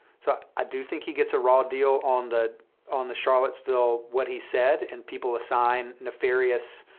so i do think he gets a raw deal on the on the charlottesville, what he said, and people assign nefarious